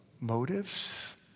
motives